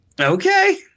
Okay